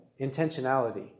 intentionality